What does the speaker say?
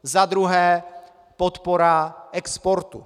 Za druhé podpora exportu.